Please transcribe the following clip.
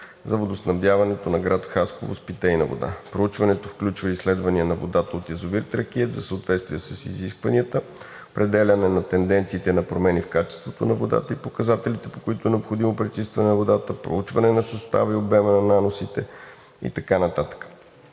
за водоснабдяването на град Хасково с питейна вода. Проучването включва изследвания на водата от язовир „Тракиец“ за съответствие с изискванията, определяне на тенденциите на промени в качеството на водата и показателите, по които е необходимо пречистване на водата, проучване на състава и обема на наносите и така